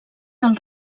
del